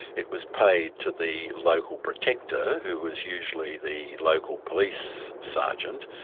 it was paid to the local protector, who was usually the local police sergeant,